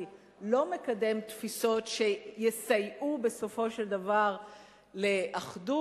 לא מקדם תפיסות שיסייעו בסופו של דבר לאחדות,